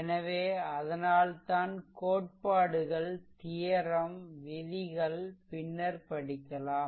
எனவே அதனால்தான் கோட்பாடுகள் தியெரம் விதிகள் பின்னர் படிக்கலாம்